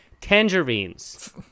Tangerines